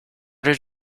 did